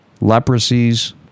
leprosies